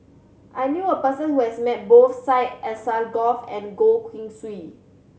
I knew a person who has met both Syed Alsagoff and Goh Keng Swee